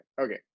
Okay